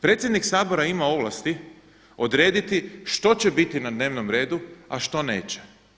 Predsjednik Sabora ima ovlasti odrediti što će biti na dnevnom redu a što neće.